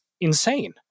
insane